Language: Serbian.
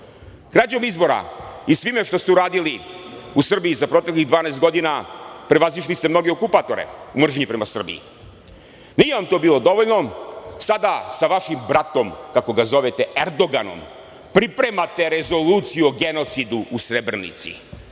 Krađom izbora i svime što ste uradili u Srbiji za proteklih 12 godina prevazišli ste mnoge okupatore u mržnji prema Srbiji. Nije vam to bilo dovoljno. Sada sa vašim bratom, kako ga zovete, Erdoganom pripremate rezoluciju o genocidu u Srebrenici,